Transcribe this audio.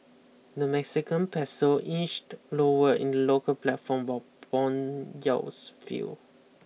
the Mexican peso inched lower in the local platform while bond yields fell